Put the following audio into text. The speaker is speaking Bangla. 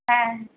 হ্যাঁ